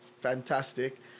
fantastic